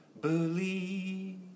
believe